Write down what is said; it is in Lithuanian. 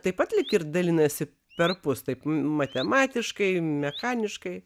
taip pat lyg ir dalinasi perpus taip matematiškai mechaniškai